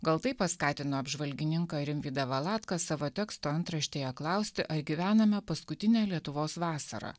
gal tai paskatino apžvalgininką rimvydą valatką savo teksto antraštėje klausti ar gyvename paskutinę lietuvos vasarą